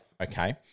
Okay